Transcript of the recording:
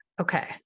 Okay